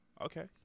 okay